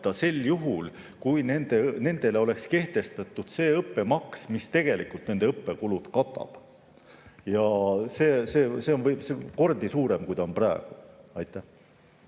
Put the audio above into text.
sel juhul, kui nendele oleks kehtestatud see õppemaks, mis tegelikult nende õppekulud katab. Ja see on kordi suurem, kui ta on praegu. Heiki